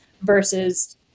versus